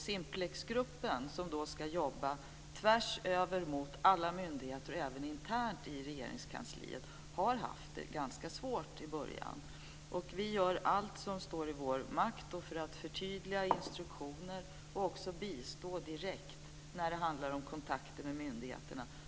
Simplexgruppen, som ska jobba tvärs över mot alla myndigheter och även internt i Regeringskansliet, har haft det ganska svårt i början. Vi gör allt som står i vår makt för att förtydliga instruktioner och även bistå direkt i kontakter med myndigheterna.